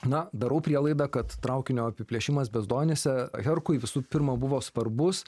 na darau prielaidą kad traukinio apiplėšimas bezdonyse herkui visų pirma buvo svarbus